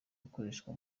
ukoreshwa